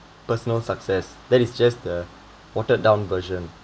personal success that is just a watered down version